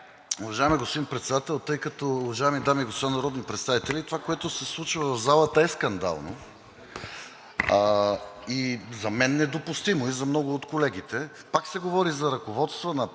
Уважаеми господин Председател, уважаеми дами и господа народни представители! Това, което се случва в залата, е скандално и за мен е недопустимо, а и за много от колегите. Пак се говори за ръководства на